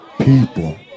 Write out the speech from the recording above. people